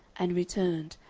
and returned,